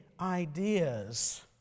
ideas